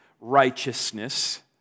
righteousness